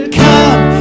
come